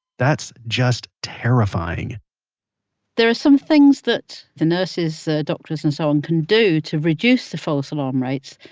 that's just terrifying there are some things that the nurses, the doctors, and so on, can do to reduce the false alarm rates.